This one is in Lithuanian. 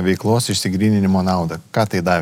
veiklos išsigryninimo naudą ką tai davė